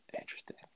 interesting